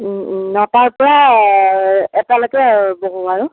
নটাৰ পৰা এটালৈকৈ বহোঁ আৰু